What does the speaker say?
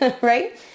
right